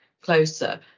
closer